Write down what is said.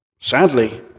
sadly